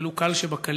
ולו קל שבקלים,